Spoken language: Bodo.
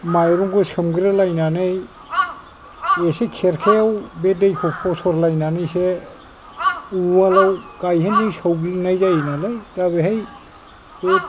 माइरंखौ सोमग्रोलायनानै एसे खेरखायाव बे दैखौ फसरलायनानैसो उवालआव गाइहेनजों सौग्लिनाय जायो नालाय दा बेहाय बे